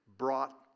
brought